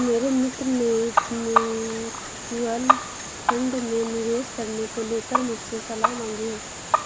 मेरे मित्र ने म्यूच्यूअल फंड में निवेश करने को लेकर मुझसे सलाह मांगी है